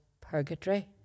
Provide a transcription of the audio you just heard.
purgatory